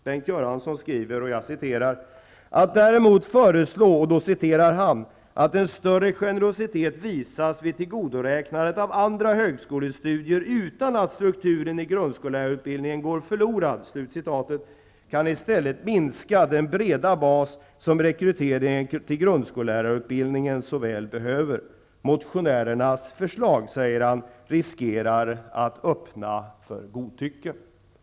Bengt Göransson skriver: ''Att däremot föreslå ''att en större generositet visas vid tillgodoräknandet av andra högskolestudier utan att strukturen i grundskollärarutbildningen går förlorad' kan i stället minska den breda bas som rekryteringen till grundskollärarutbildningen så väl behöver. Motionärernas förslag riskerar att öppna för godtycke.''